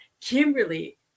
Kimberly